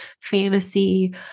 fantasy